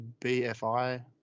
BFI